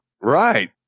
Right